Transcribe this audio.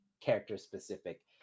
character-specific